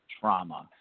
trauma